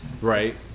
Right